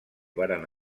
varen